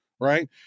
right